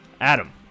Adam